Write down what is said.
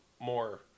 more